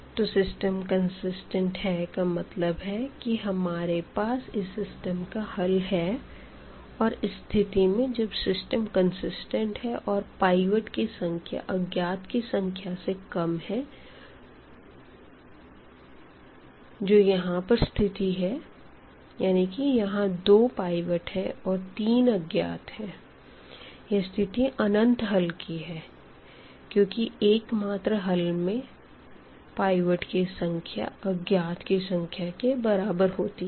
तो system consistent है मतलब कि हमारे पास इस सिस्टम का हल है और इस स्थिति में जब सिस्टम कंसिस्टेंट है और पाइवट की संख्या अज्ञात की संख्या से कम है जो कि यहां पर स्थिति है यहाँ दो पाइवट है और तीन अज्ञात है यह स्थिति अनंत हल की है क्यूंकि एकमात्र हल में पाइवट की संख्या अज्ञात की संख्या के बराबर होती है